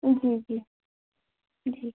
जी जी जी